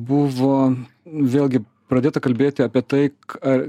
buvo vėlgi pradėta kalbėti apie tai ar